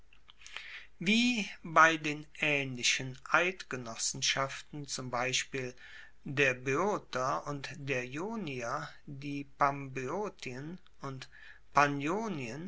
wie bei den aehnlichen eidgenossenschaften zum beispiel der boeoter und der ionier die pamboeotien und